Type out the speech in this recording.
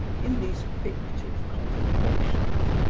in these fictive contemplations,